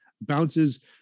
bounces